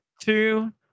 Two